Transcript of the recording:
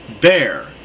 bear